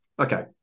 Okay